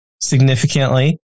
significantly